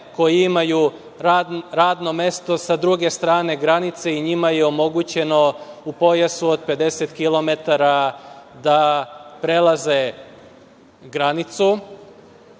koji imaju radno mesto sa druge strane granice i njima je omogućeno u pojasu od 50 kilometara da prelaze granicu. Ali,